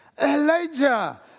Elijah